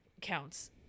Counts